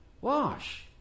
Wash